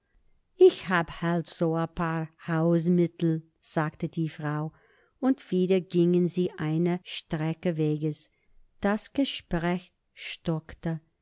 ich hab halt so a paar hausmittel sagte die frau und wieder gingen sie eine strecke weges das gespräch stockte